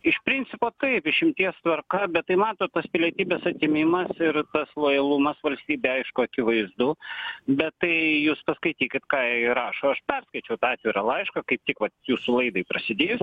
iš principo taip išimties tvarka bet tai matot tas pilietybės atėmimas ir tas lojalumas valstybei aišku akivaizdu bet tai jūs paskaitykit ką ji rašo aš perskaičiau tą atvirą laišką kaip tik vat jūsų laidai prasidėjus